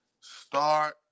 start